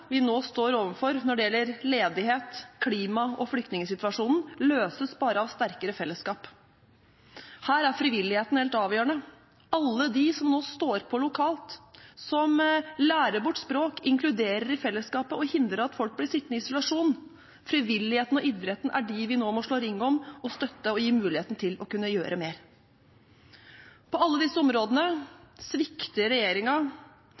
vi nå står overfor når det gjelder ledighet, klima og flyktningsituasjonen, løses bare av sterkere fellesskap. Her er frivilligheten helt avgjørende – alle de som nå står på lokalt, som lærer bort språk, inkluderer i fellesskapet, og hindrer at folk blir sittende i isolasjon. Frivilligheten og idretten er dem vi nå må slå ring om, støtte og gi muligheten til å kunne gjøre mer. På alle disse områdene svikter